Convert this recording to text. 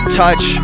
touch